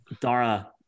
Dara